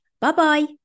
Bye-bye